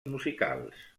musicals